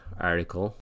article